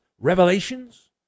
revelations